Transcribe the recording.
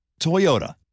Toyota